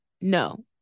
no